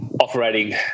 operating